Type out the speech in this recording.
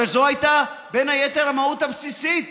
הרי זו הייתה בין היתר המהות הבסיסית,